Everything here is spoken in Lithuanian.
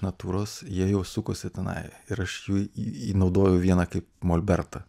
natūros jie jau sukosi tenai ir aš jų įnaudojau vieną kaip molbertą